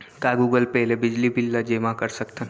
का Google Pay ले बिजली बिल ल जेमा कर सकथन?